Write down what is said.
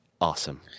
awesome